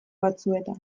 batzuetan